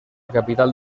capital